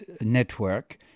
network